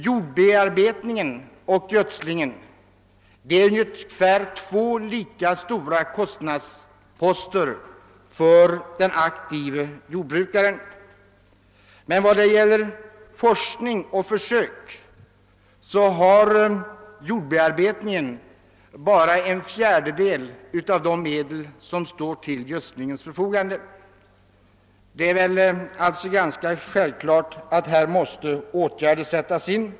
Jordbearbetningen och gödslingen är två ungefär lika stora kostnadsposter för den aktive jordbrukaren. Men när det gäller forskning och försök har man på jordbearbetningens område tillgång till endast en fjärdedel av de medel som står till förfogande när det gäller gödslingen. Det är alltså ganska självklart att åtgärder måste sättas in.